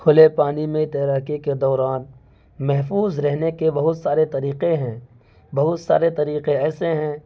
کھلے پانی میں تیراکی کے دوران محفوظ رہنے کے بہت سارے طریقے ہیں بہت سارے طریقے ایسے ہیں